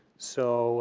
so